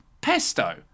pesto